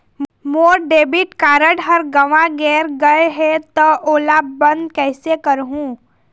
मोर debit card हर गंवा गैर गए हे त ओला बंद कइसे करहूं?